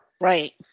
Right